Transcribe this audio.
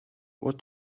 what